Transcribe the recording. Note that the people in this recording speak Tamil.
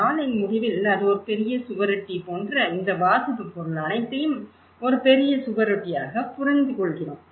நாளின் முடிவில் அது ஒரு பெரிய சுவரொட்டி போன்ற இந்த வாசிப்புப் பொருள் அனைத்தையும் ஒரு பெரிய சுவரொட்டியாக புரிந்துகொள்கிறோம்